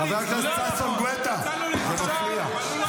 --- חבר הכנסת ששון גואטה, אתה מפריע.